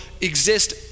exist